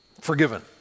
forgiven